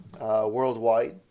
worldwide